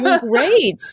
Great